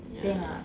same lah